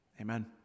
Amen